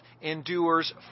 endures